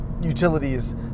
utilities